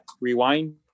Rewind